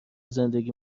زندگی